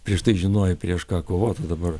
prieš tai žinojai prieš ką kovot o dabar